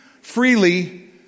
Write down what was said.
freely